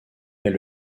est